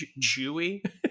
Jewy